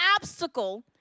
obstacle